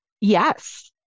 Yes